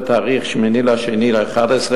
ב-8 בפברואר 2011,